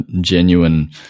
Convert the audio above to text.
genuine